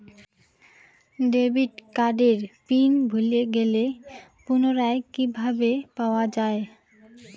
Debit কার্ডের PIN ভুলে গেলে পুনরায় কিভাবে পাওয়া য়ায়?